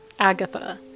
Agatha